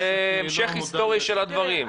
זה המשך היסטורי של הדברים.